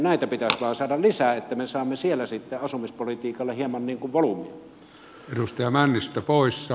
näitä pitäisi vain saada lisää että me saamme siellä sitten asumispolitiikalle hieman volyymia